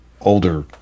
older